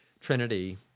Trinity